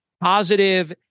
positive